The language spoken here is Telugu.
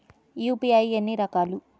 యూ.పీ.ఐ ఎన్ని రకాలు?